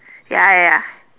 ya ya ya